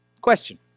Question